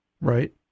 Right